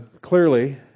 clearly